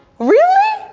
really?